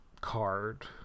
card